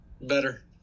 Better